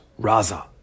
Raza